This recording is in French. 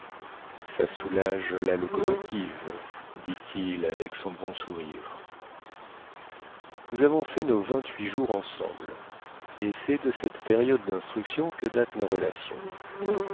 ça soulage la locomotive dit-il avec son bon sourire nous avons fait nos vingt-huit jours ensemble et cest de cette période dinstruction que datent nos relations